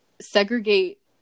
segregate